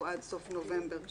הוא עד סוף נובמבר 2021,